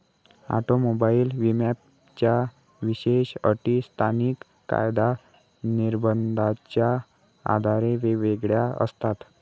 automobile विम्याच्या विशेष अटी स्थानिक कायदा निर्बंधाच्या आधारे वेगवेगळ्या असतात